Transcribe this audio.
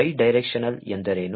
bidirectional ಎಂದರೆ ಏನು